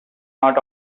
not